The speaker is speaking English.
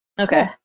okay